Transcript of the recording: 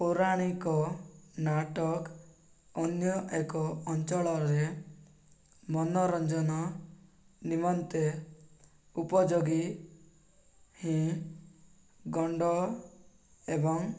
ପୌରାଣିକ ନାଟକ ଅନ୍ୟ ଏକ ଅଞ୍ଚଳରେ ମନୋରଞ୍ଜନ ନିମନ୍ତେ ଉପଯୋଗୀ ହିଁ ଗଣ୍ଡ ଏବଂ